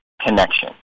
connection